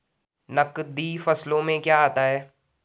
नकदी फसलों में क्या आता है?